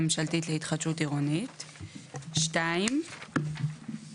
אנחנו חושבים שהשווי צריך להיקבע כמו שציינתי קודם,